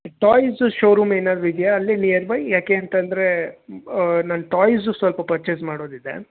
toys showroom ಏನಾದ್ರೂ ಇದೆಯಾ ಅಲ್ಲಿ ನಿಯರ್ಬೈ ಯಾಕೆ ಅಂತಂದರೆ ನಾನು ಟಾಯ್ಸು ಸ್ವಲ್ಪ ಪರ್ಚೇಸ್ ಮಾಡೋದಿದೆ